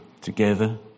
together